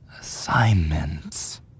assignments